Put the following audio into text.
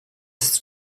ist